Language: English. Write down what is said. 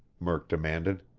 murk demanded.